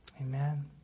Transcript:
Amen